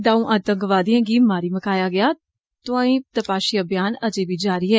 दौंऊ आतंकवदियें गी मारी मकाया गेआ तोआई तपाषी अभियान अज्जै बी जारी ऐ